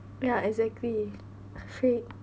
ya exactly freak